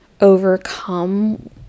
overcome